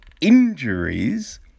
injuries